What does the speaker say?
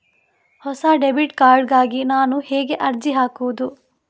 ಹೊಸ debit card ಗಾಗಿ ನಾನು ಹೇಗೆ ಅರ್ಜಿ ಹಾಕುದು?